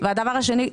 והדבר השני,